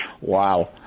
Wow